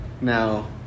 Now